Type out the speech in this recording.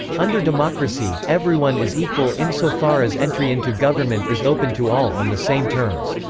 under democracy, everyone is equal insofar as entry into government is open to all on the same terms.